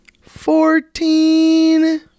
fourteen